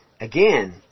again